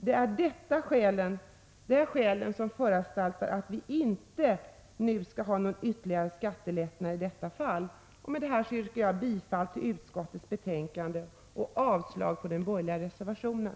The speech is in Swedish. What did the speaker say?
Detta är skälet till att vi i detta fall inte nu vill införa någon ytterligare skattelättnad. Med detta yrkar jag bifall till utskottets hemställan och avslag på den borgerliga reservationen.